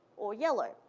or yellow.